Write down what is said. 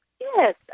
Yes